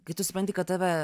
kai tu supranti kad tave